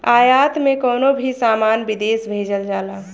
आयात में कवनो भी सामान विदेश भेजल जाला